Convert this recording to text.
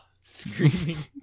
screaming